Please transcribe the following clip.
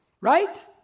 Right